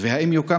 2. האם יוקם,